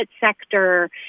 sector